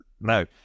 No